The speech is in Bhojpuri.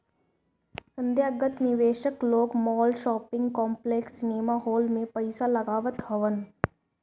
संथागत निवेशक लोग माल, शॉपिंग कॉम्प्लेक्स, सिनेमाहाल में पईसा लगावत हवन